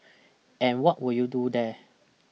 and what will you do there